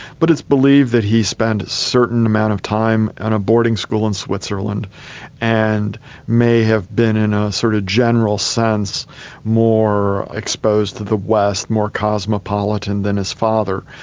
but it's believed that he spent a certain amount of time in and a boarding school in switzerland and may have been in a sort of general sense more exposed to the west, more cosmopolitan than his father.